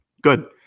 Good